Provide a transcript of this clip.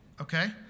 Okay